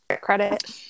credit